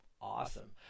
awesome